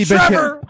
Trevor